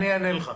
אני אענה לך...